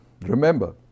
remember